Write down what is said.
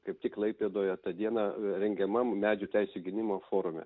kaip tik klaipėdoje tą dieną rengiamam medžių teisių gynimo forume